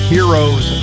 Heroes